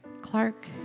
Clark